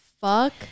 Fuck